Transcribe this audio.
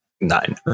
Nine